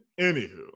Anywho